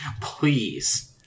please